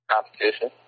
Competition